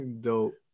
Dope